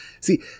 See